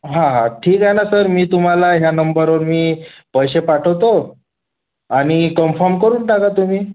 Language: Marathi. हां हां ठीक आहे ना तर मी तुम्हाला ह्या नंबरवर मी पैसे पाठवतो आणि कम्फॉम करून टाका तुम्ही